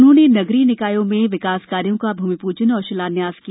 उन्होंने नगरीय निकायों में विकास कार्यो का भूमिपूजन और शिलान्यास किया